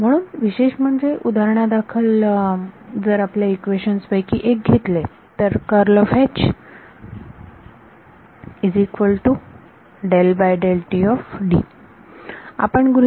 म्हणून विशेष म्हणजे उदाहरणादाखल जर आपल्या इक्वेशन्स पैकी एक घेतले तर आपण गृहीत धरत आहोत आता J0